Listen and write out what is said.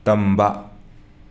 ꯇꯝꯕ